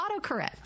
autocorrect